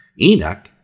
Enoch